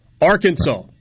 Arkansas